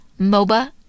MOBA